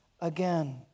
again